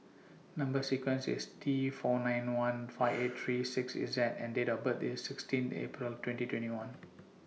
Number sequence IS T four nine one five eight three six Z and Date of birth IS sixteen April twenty twenty one